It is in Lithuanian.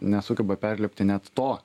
nesugeba perlipti net to